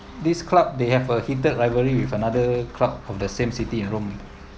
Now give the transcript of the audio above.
this club they have a heated rivalry with another club of the same city in rome